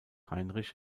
heinrich